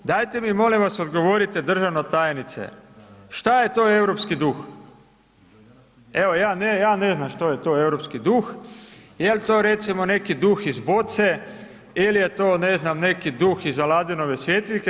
Dajte mi molim vas odgovorite državna tajnice, šta je to europski duh, evo ja ne znam što je to europski duh, jel to recimo neki duh iz boce ili je to ne znam neki duh iz Aladinove svjetiljke.